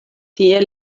tie